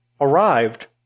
arrived